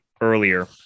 earlier